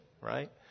right